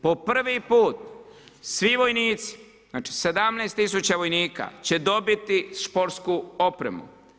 Po prvi put svi vojnici, znači 17 tisuća vojnika će dobiti sportsku opremu.